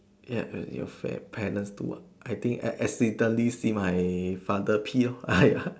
ya at your fair parent do uh I think accidentally see my father pee lor !aiya!